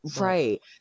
right